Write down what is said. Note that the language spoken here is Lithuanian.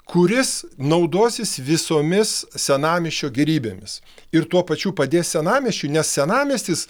kuris naudosis visomis senamiesčio gėrybėmis ir tuo pačiu padės senamiesčiui nes senamiestis